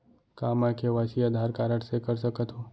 का मैं KYC Aadhaar card से कर सकत हो?